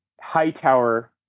Hightower